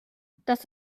dass